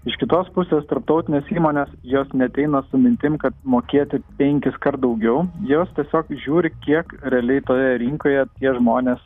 iš kitos pusės tarptautinės įmonės jos neateina su mintim kad mokėti penkiskart daugiau jos tiesiog žiūri kiek realiai toje rinkoje tie žmonės